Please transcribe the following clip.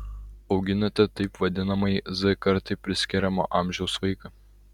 auginate taip vadinamajai z kartai priskiriamo amžiaus vaiką